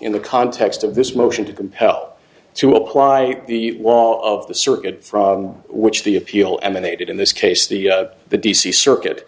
in the context of this motion to compel to apply the law of the circuit from which the appeal emanated in this case the the d c circuit